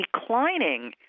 declining